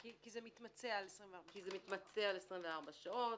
כי זה מתמצה על 24 שעות.